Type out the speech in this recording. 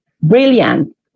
brilliant